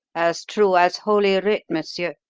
as true as holy writ, monsieur.